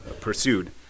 pursued